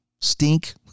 stink